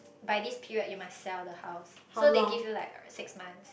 by this period you must sell the house so they give you like six months